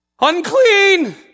unclean